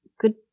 good